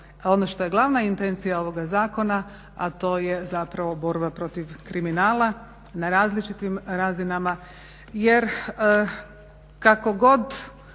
ono što je glavna intencija ovoga zakona, a to je zapravo borba protiv kriminala na različitim razinama. Jer kako god